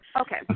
Okay